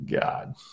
God